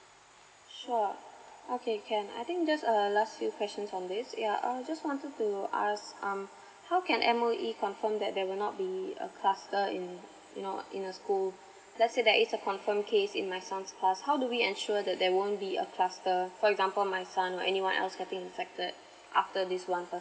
sure okay can I think just err last few questions on this yeah I just wanted to ask um how can M_O_E confirm that there will not be a cluster in you know in a school let's say there is a confirm case in my son's class how do we ensure that there won't be a cluster for example my son or anyone else getting infected after this one person